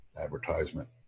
advertisement